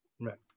Right